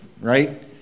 right